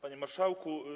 Panie Marszałku!